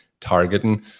targeting